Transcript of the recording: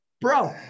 bro